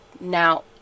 now